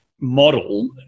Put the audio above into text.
model